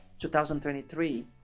2023